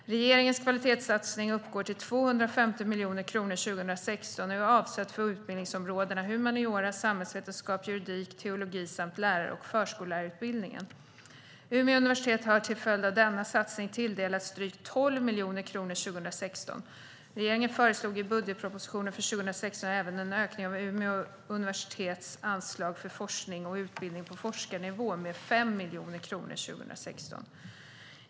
Regeringens kvalitetssatsning uppgår till 250 miljoner kronor 2016 och är avsedd för utbildningsområdena humaniora, samhällsvetenskap, juridik och teologi samt för lärar och förskollärarutbildning. Umeå universitet har till följd av denna satsning tilldelats drygt 12 miljoner kronor 2016. Regeringen föreslog i budgetpropositionen för 2016 även en ökning av Umeå universitets anslag för forskning och utbildning på forskarnivå med 5 miljoner kronor 2016.